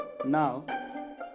Now